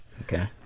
Okay